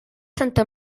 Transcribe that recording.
santa